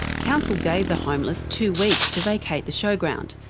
council gave the homeless two weeks to vacate the showground.